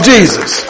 Jesus